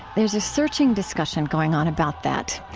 there's a searching discussion going on about that.